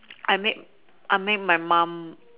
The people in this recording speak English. I make I make my mum